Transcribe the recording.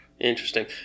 interesting